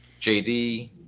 JD